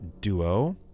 duo